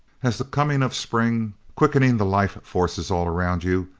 has the coming of spring, quickening the life forces all around you,